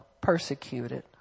persecuted